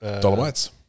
Dolomites